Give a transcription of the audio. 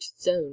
zone